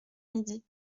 midi